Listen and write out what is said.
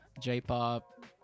J-pop